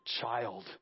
child